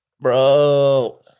bro